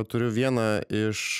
turiu vieną iš